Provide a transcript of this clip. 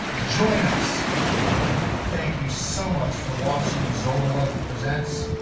join us and thank you so much for watching zola levitt presents.